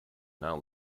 now